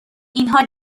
اینها